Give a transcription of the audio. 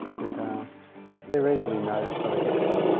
but they are easily noticed so they get shot,